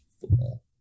football